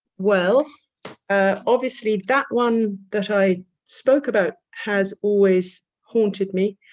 well obviously that one that i spoke about has always haunted me,